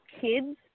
kids